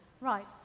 Right